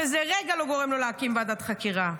וזה לרגע לא גורם לו להקים ועדת חקירה?